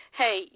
hey